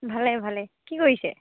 ভালে ভালে কি কৰিছে